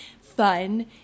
fun